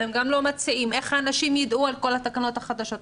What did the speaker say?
אתם גם לא מציעים איך האנשים יידעו על כל הקנסות החדשים האלה.